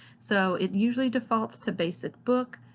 so it usually defaults to basic book,